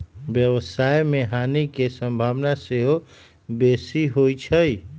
व्यवसाय में हानि के संभावना सेहो बेशी होइ छइ